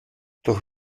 doch